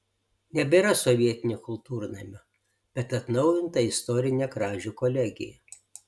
nebėra sovietinio kultūrnamio bet atnaujinta istorinė kražių kolegija